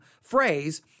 phrase